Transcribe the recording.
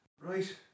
Right